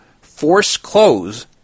force-close